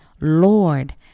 Lord